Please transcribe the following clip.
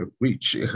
reach